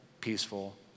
peaceful